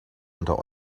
unter